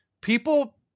people